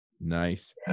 Nice